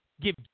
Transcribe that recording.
give